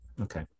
Okay